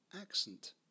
accent